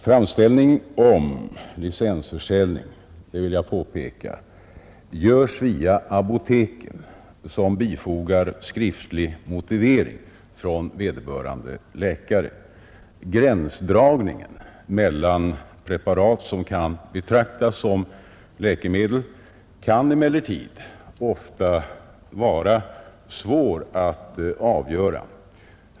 Framställning om licensförsäljning — det vill jag påpeka — görs via apoteken som bifogar skriftlig motivering från vederbörande läkare. Gränsdragningen beträffande preparat som kan betraktas såsom läkemedel kan emellertid ofta vara svår att göra.